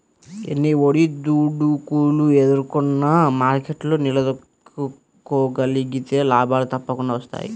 ఎన్ని ఒడిదుడుకులు ఎదుర్కొన్నా మార్కెట్లో నిలదొక్కుకోగలిగితే లాభాలు తప్పకుండా వస్తాయి